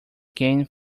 gaining